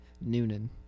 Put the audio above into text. Noonan